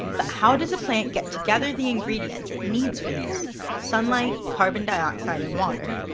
but how does a plant get together the ingredients it needs for this sunlight, carbon dioxide and water,